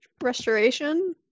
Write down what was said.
Restoration